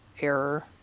error